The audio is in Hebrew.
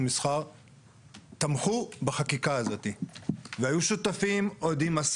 יכול להיות שהם לא תמכו באופן מוחלט במוצר הסופי שיצא,